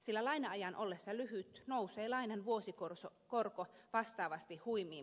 sillä laina ajan ollessa lyhyt nousee lainan vuosikorko vastaavasti huimiin prosenttilukuihin